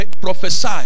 prophesy